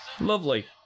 Lovely